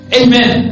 amen